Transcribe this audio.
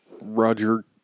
Roger